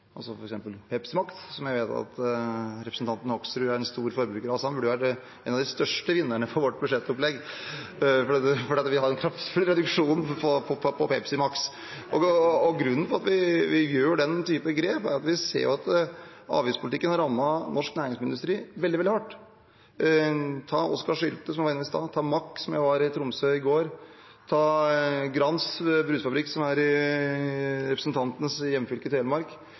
som jeg vet at representanten Hoksrud er en stor forbruker av. Så han burde være en av de største vinnerne i vårt budsjettopplegg, for vi foreslår en kraftfull reduksjon på Pepsi Max. Grunnen til at vi tar den typen grep, er at vi ser at avgiftspolitikken har rammet norsk næringsmiddelindustri veldig hardt. Se på Oskar Sylte, som jeg var innom i sted, og Mack, jeg var i Tromsø i går, og Grans brusfabrikk, som er i representantens hjemfylke, Telemark